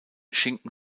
schinken